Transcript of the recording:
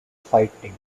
fighting